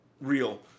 real